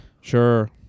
Sure